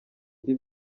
indi